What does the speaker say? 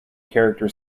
character